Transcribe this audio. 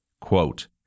Quote